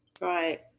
Right